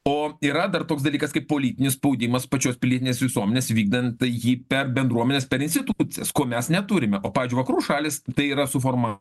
o yra dar toks dalykas kaip politinis spaudimas pačios pilietinės visuomenės vykdant jį per bendruomenes per institucijas ko mes neturime o pavyzdžiui vakarų šalys tai yra suforma